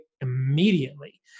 immediately